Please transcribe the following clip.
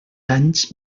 anys